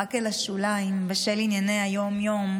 נדחק אל השוליים בשל ענייני היום-יום,